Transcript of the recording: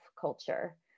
culture